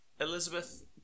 Elizabeth